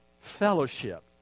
fellowship